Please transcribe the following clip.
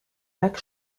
lac